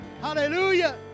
Hallelujah